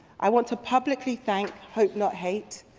i want to publicly thank hope, not hate,